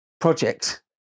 project